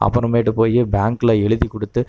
அப்புறமேட்டு போய் பேங்க்கில் எழுதிக் கொடுத்து